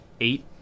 Eight